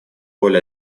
роль